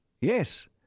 yes